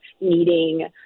needing